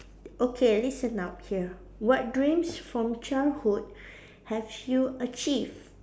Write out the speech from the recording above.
okay listen up here what dreams from childhood have you achieved